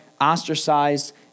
ostracized